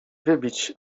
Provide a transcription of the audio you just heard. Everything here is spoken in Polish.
wybić